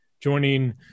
joining